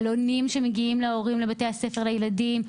בעלונים שמגיעים להורים לבתי הספר לילדים.